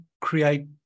create